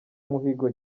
muhigo